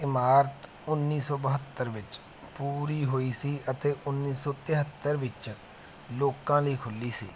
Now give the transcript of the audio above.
ਇਮਾਰਤ ਉੱਨੀ ਸੌ ਬਹੱਤਰ ਵਿੱਚ ਪੂਰੀ ਹੋਈ ਸੀ ਅਤੇ ਉੱਨੀ ਸੌ ਤਿਹੱਤਰ ਵਿੱਚ ਲੋਕਾਂ ਲਈ ਖੁੱਲ੍ਹੀ ਸੀ